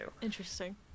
Interesting